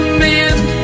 mend